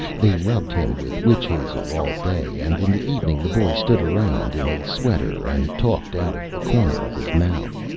they rubbed him with witch hazel all day, and in the evening the boy stood around in a sweater and talked out of the corner of his mouth.